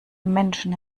menschen